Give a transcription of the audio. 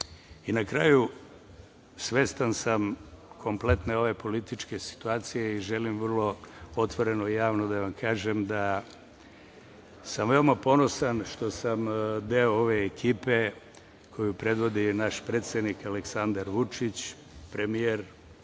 itd. Na kraju, svestan kompletne ove političke situacije i želim vrlo otvoreno, javno da vam kažem da sam veoma ponosan što sam deo ove ekipe koju predvodi naš predsednik Aleksandar Vučić, premijer,